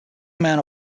man